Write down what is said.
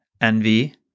envy